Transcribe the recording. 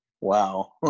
Wow